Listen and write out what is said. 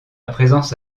présence